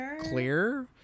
clear